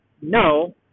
no